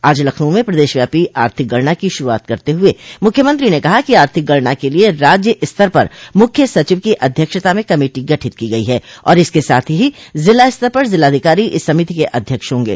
आज लखनऊ में प्रदेश व्यापी आर्थिक गणना की शुरूआत करते हुए मुख्यमंत्री ने कहा कि आर्थिक गणना के लिये राज्य स्तर पर मुख्य सचिव की अध्यक्षता में कमेटी गठित की गई है और इसके साथ ही जिला स्तर पर जिलाधिकारी इस समिति के अध्यक्ष होंगे